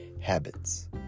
Habits